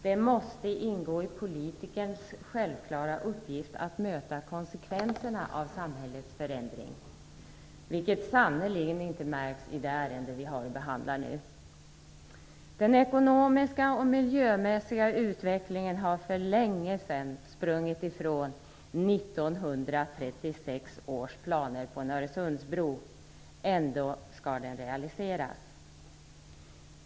Det måste ingå i politikerns självklara uppgift att möta konsekvenserna av samhällets förändring, vilket sannerligen inte märks i det ärende vi har att behandla nu. Den ekonomiska och miljömässiga utvecklingen har för länge sedan sprungit ifrån 1936 års planer på en Öresundsbro. Ändå skall dessa realiseras.